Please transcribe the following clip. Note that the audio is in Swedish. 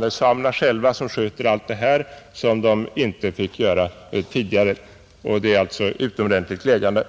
Det är samerna själva som sköter allt detta, som de inte fick göra tidigare, och det är utomordentligt glädjande.